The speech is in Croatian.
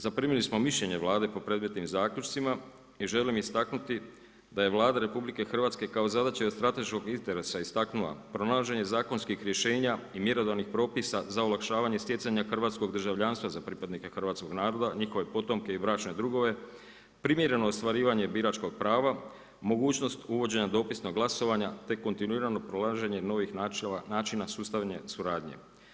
Zaprimili smo mišljenje Vlade po predmetnim zaključcima i želim istaknuti da je Vlada RH kao zadaća i od strateškog interesa istaknula pronalaženje zakonskih rješenja i mjerodavnih propisa za olakšavanje stjecanja hrvatskog državljanstva za pripadnike hrvatskog naroda, njihove potomke i bračne drugove, primjereno ostvarivanje biračkog prava, mogućnost uvođenja dopisnog glasovanja te kontinuiranog pronalaženje novih načina sustavne suradnje.